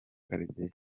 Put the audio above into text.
karegeya